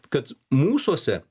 kad mūsuose